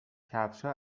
کفشها